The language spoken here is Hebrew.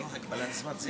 ללא הגבלת זמן?